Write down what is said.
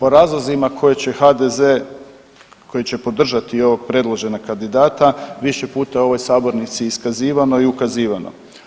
O razlozima koje će HDZ, koji će podržati ovog predloženog kandidata više puta u ovoj sabornici iskazivano i ukazivano.